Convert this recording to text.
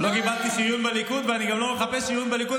לא קיבלתי שריון בליכוד ואני גם לא מחפש שריון בליכוד.